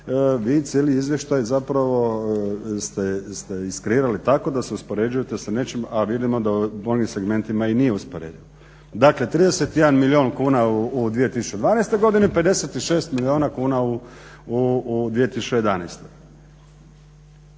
vi cijeli izvještaj zapravo ste iskrivili tako da se uspoređujete s nečim, a vidimo da u onim segmentima i nije usporediv. Dakle 31 milijun kuna u 2012.godini, 56 milijuna kuna u 2011. I